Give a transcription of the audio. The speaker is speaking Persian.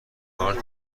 کارت